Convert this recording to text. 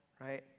right